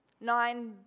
Nine